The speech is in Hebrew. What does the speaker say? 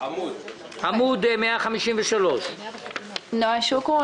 עמוד 153. אני נועה שוקרון,